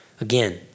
again